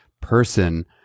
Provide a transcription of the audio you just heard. person